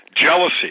jealousy